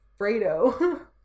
Fredo